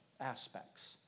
aspects